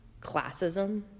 classism